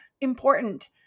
important